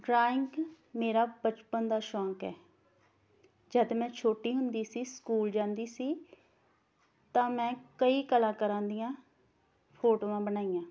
drawing ਮੇਰਾ ਬਚਪਨ ਦਾ ਸ਼ੌਕ ਹੈ ਜਦ ਮੈਂ ਛੋਟੀ ਹੁੰਦੀ ਸੀ ਸਕੂਲ ਜਾਂਦੀ ਸੀ ਤਾਂ ਮੈਂ ਕਈ ਕਲਾਕਾਰਾਂ ਦੀਆਂ ਫੋਟੋਆਂ ਬਣਾਈਆਂ